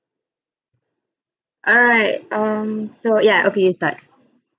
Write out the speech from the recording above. alright um so ya okay you start